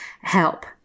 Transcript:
help